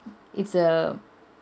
it's a